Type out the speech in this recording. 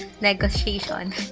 Negotiation